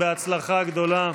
בהצלחה גדולה.